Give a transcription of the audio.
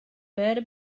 better